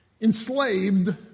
enslaved